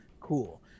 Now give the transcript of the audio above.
cool